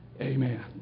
Amen